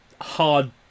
hard